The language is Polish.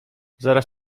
zaraz